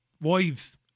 wives